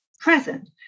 present